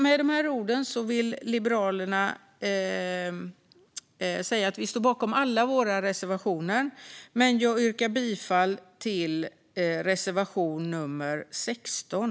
Med de här orden vill jag säga att vi i Liberalerna står bakom alla våra reservationer, men jag yrkar bifall endast till reservation 16.